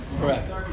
Correct